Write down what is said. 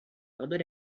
other